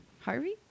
Harvey